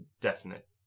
definite